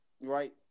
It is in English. right